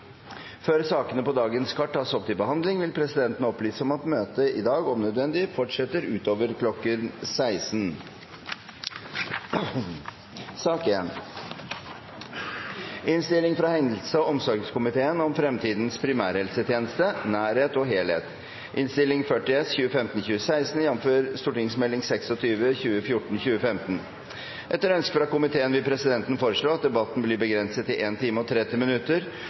Før sakene på dagens kart tas opp til behandling vil presidenten opplyse om at møtet i dag om nødvendig fortsetter utover kl. 16. Etter ønske fra helse- og omsorgskomiteen vil presidenten foreslå at debatten blir begrenset til 1 time og 30 minutter,